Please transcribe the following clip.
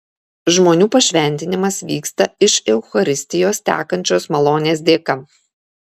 žmonių pašventinimas vyksta iš eucharistijos tekančios malonės dėka